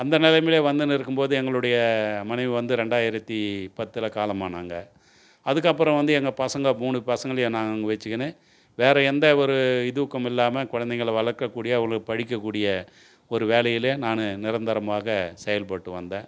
அந்த நிலமைல வந்துன்னு இருக்கும்போது எங்களுடைய மனைவி வந்து ரெண்டாயிரத்தி பத்தில் காலமானங்க அதுக்கப்புறம் வந்து எங்கள் பசங்க மூணு பசங்களையும் நாங்கள் வச்சிக்குன்னு வேறு எந்த ஒரு இதுக்கும் இல்லாமல் கொழந்தைங்கள வளர்க்கக்கூடிய அவ்வளோ படிக்கக்கூடிய ஒரு வேலையில நான் நிரந்தரமாக செயல்பட்டு வந்தேன்